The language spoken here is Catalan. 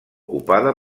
ocupada